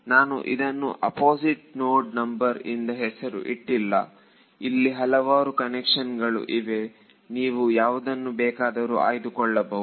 ನಾನು ಇದನ್ನು opposite node number ಇಂದ ಹೆಸರು ಇಟ್ಟಿಲ್ಲ ಇಲ್ಲಿ ಹಲವಾರು ಕನ್ವೆನ್ಷನ್ ಗಳು ಇವೆ ನೀವು ಯಾವುದನ್ನು ಬೇಕಾದರೂ ಆಯ್ದುಕೊಳ್ಳಬಹುದು